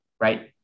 Right